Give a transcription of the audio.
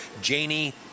Janie